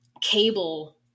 cable